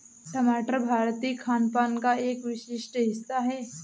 टमाटर भारतीय खानपान का एक विशिष्ट हिस्सा है